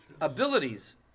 Abilities